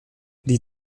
die